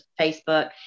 Facebook